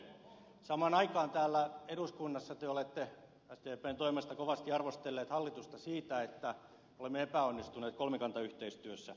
samaan aikaan täällä eduskunnassa te olette sdpn toimesta kovasti arvostelleet hallitusta siitä että olemme epäonnistuneet kolmikantayhteistyössä